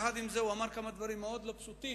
עם זה, הוא אמר כמה דברים מאוד לא פשוטים,